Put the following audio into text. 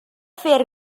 fer